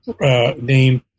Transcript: name